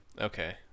okay